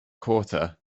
quarter